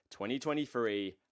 2023